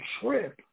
trip